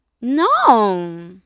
no